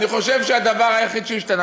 אני חושב שהדבר היחיד שהשתנה,